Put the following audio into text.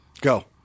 Go